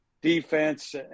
defense